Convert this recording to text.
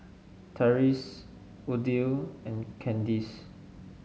Tyrese Odile and Candis